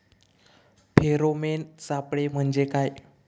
Pheromone सापळे म्हंजे काय?